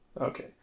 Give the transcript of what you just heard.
Okay